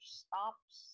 stops